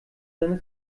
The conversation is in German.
seine